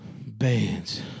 Bands